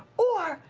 or,